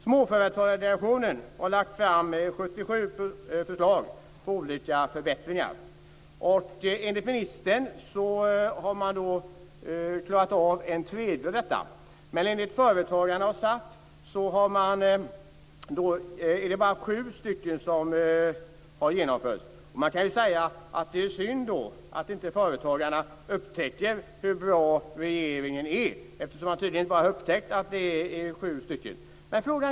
Småföretagsdelegationen har lagt fram 77 förslag till olika förbättringar. Enligt ministern har man klarat av en tredjedel av dem. Men enligt företagarna och SAF är det bara sju förslag som har genomförts. Det är synd att inte företagarna upptäcker hur bra regeringen är. De har tydligen inte upptäckt att sju av deras förslag har genomförts.